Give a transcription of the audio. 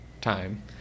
time